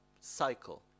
cycle